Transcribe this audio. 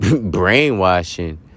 brainwashing